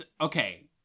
okay